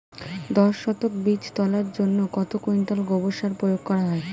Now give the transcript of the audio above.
দশ শতক বীজ তলার জন্য কত কুইন্টাল গোবর সার প্রয়োগ হয়?